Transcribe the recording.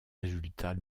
résultats